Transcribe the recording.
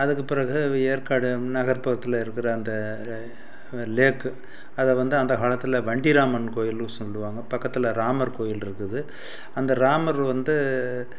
அதுக்கு பிறகு ஏற்காடு நகர்புறத்தில் இருக்கிற அந்த லேக்கு அதை வந்து அந்த காலத்தில் வண்டி ராமன் கோவில்னும் சொல்வாங்க பக்கத்தில் ராமர் கோவில் இருக்குது அந்த ராமர் வந்து